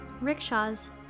Rickshaws